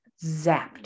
zapped